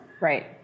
Right